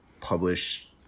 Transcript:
publish